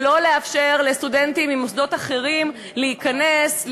ולא לאפשר לסטודנטים ממוסדות אחרים להיכנס,